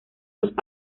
los